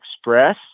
Express